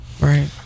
Right